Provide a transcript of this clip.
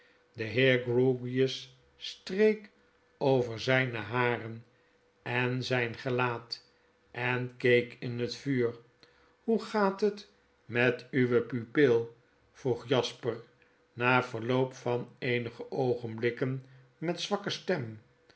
de heer grewgious streek over zijne haren en zijn gelaat en keek in het vuur hoe gaat het met owe pupil vroeg jasper na verloop van eenige oogenblikken met zwakke stem